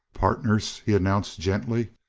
partners, he announced gently,